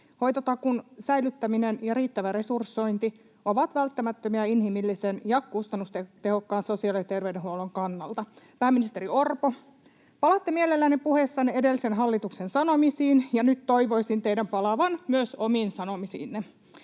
Hoitotakuun säilyttäminen ja riittävä resursointi ovat välttämättömiä inhimillisen ja kustannustehokkaan sosiaali- ja terveydenhuollon kannalta. Pääministeri Orpo, palaatte mielellänne puheissanne edellisen hallituksen sanomisiin, ja nyt toivoisin teidän palaavan myös omiin sanomisiinne